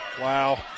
Wow